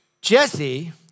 Jesse